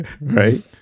right